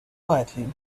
quietly